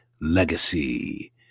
Legacy